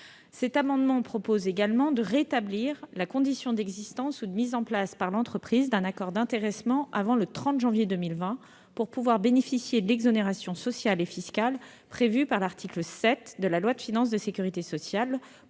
Cet amendement vise également à rétablir la condition d'existence ou de mise en place par l'entreprise d'un accord d'intéressement avant le 30 janvier 2020 pour pouvoir bénéficier de l'exonération sociale et fiscale prévue par l'article 7 de la loi de financement de la sécurité sociale